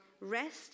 rest